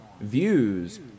views